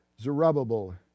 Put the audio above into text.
Zerubbabel